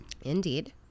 Indeed